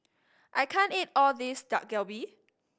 I can't eat all of this Dak Galbi